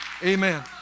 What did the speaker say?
amen